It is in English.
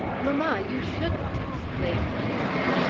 mamma, you shouldn't! exclaimed mary.